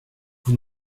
vous